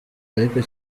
ariko